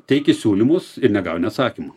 teiki siūlymus ir negauni atsakymo